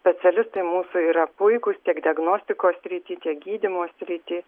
specialistai mūsų yra puikūs tiek diagnostikos srity tiek gydymo srity